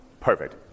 Perfect